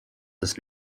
this